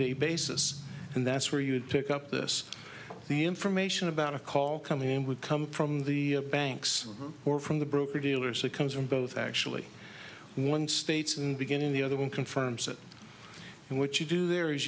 day basis and that's where you would pick up this the information about a call coming in would come from the banks or from the broker dealers it comes from both actually one states and beginning the other one confirms it and what you do there is